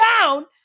down